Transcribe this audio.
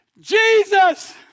Jesus